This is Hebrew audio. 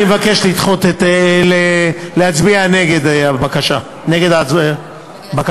אני מבקש להצביע נגד הבקשה שלהם.